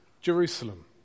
Jerusalem